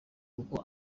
kuko